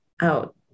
out